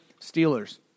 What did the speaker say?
Steelers